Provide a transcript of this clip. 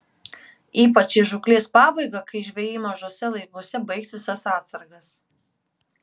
ypač į žūklės pabaigą kai žvejai mažuose laivuose baigs visas atsargas